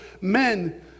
men